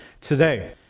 today